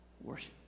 worship